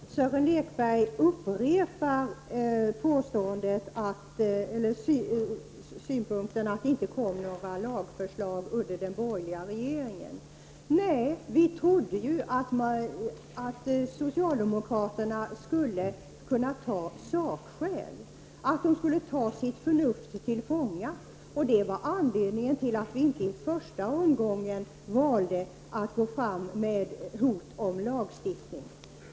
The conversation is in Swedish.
Herr talman! Sören Lekberg upprepar påståendet att det inte kom några lagförslag under den borgerliga regeringstiden. Nej, vi trodde ju att socialdemokraterna skulle vara mottagliga för sakskäl och ta sitt förnuft till fånga. Detta var anledningen till att vi inte i första omgången valde att gå fram med hot om lagstiftning.